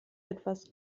etwas